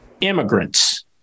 immigrants